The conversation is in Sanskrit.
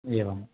एवम्